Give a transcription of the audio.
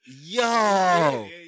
Yo